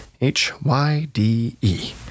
H-Y-D-E